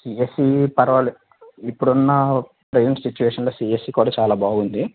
CSE పర్వాలేదు ఇప్పుడున్న present సిచువేషన్లో సిఎస్ఈ కూడా చాలా బాగుంది